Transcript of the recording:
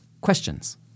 questions